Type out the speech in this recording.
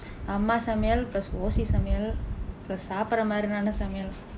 அம்மா சமையல்:ammaa samaiyal plus O_C சமையல்:samaiyal plus சாப்பிடுற மாதிரியான சமையல்:saapidura maathiriyaana samaiyal